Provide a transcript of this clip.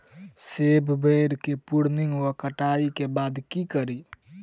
सेब बेर केँ प्रूनिंग वा कटाई केँ बाद की करि?